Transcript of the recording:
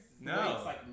No